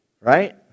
Right